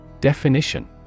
Definition